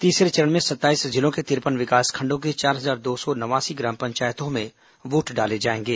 तीसरे चरण में सत्ताईस जिलों के तिरपन विकासखंडों की चार हजार दो सौ नवासी ग्राम पंचायतों में वोट डाले जाएंगे